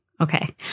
Okay